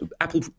Apple